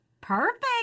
Perfect